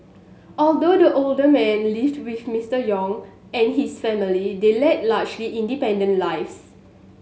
although the older man lived with Mister Yong and his family they led largely independent lives